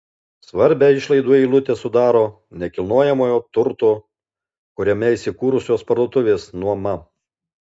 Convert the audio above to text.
svarbią išlaidų eilutę sudaro nekilnojamojo turto kuriame įsikūrusios parduotuvės nuoma